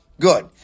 Good